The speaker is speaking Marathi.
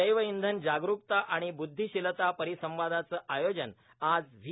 जैव इंधन जागरूकता आण ब्रंधशीलता परिसंवादचं आयोजन आज व्हो